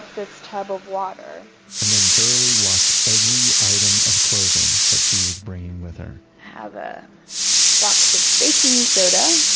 this tub of water and then thoroughly washed every item of clothing that she was bringing with her i have a box of baking soda.